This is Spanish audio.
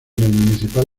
municipal